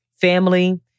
family